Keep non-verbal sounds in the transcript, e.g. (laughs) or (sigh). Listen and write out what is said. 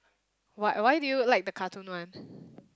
what why do you like the cartoon one (laughs)